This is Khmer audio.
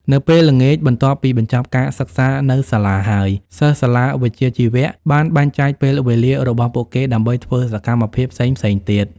នៅពេលល្ងាច បន្ទាប់ពីបញ្ចប់ការសិក្សានៅសាលាហើយ សិស្សសាលាវិជ្ជាជីវៈបានបែងចែកពេលវេលារបស់ពួកគេដើម្បីធ្វើសកម្មភាពផ្សេងៗទៀត។